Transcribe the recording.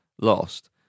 lost